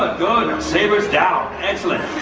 good, and sabers down, excellent.